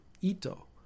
Ito